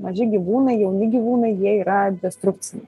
maži gyvūnai jauni gyvūnai jie yra destrukciniai